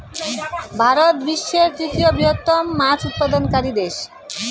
ভারত বিশ্বের তৃতীয় বৃহত্তম মাছ উৎপাদনকারী দেশ